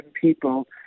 people